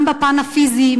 גם בפן הפיזי,